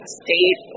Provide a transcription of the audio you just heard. state